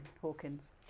Hawkins